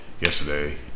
yesterday